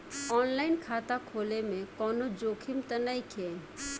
आन line खाता खोले में कौनो जोखिम त नइखे?